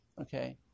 Okay